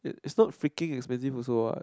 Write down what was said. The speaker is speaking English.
it's not freaking it's busy also what